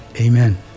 Amen